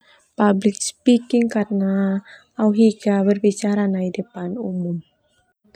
Public speaking karna au hi berbicara nai depan umum.